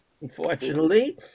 unfortunately